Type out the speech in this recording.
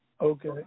Okay